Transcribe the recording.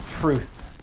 truth